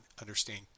understand